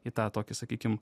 į tą tokį sakykim